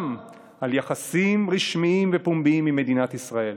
על יחסים רשמיים ופומביים עם מדינת ישראל.